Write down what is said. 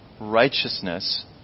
righteousness